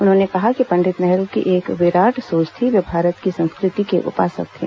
उन्होंने कहा कि पंडित नेहरू की एक विराट सोच थी वे भारत की संस्कृति के उपासक थे